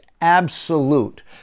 absolute